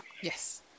Yes